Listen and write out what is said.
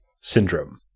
syndrome